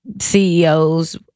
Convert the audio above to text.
ceos